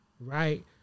right